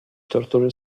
tortury